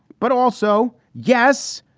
but also, yes,